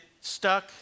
stuck